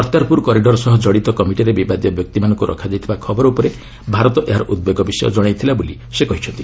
Kartarpur corridor ସହ କଡ଼ିତ କମିଟିରେ ବିବାଦୀୟ ବ୍ୟକ୍ତିମାନଙ୍କୁ ରଖାଯାଇଥିବା ଖବର ଉପରେ ଭାରତ ଏହାର ଉଦ୍ବେଗ ବିଷୟ ଜଣାଇଥିଲା ବୋଲି ସେ କହିଛନ୍ତି